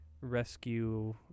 rescue